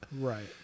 Right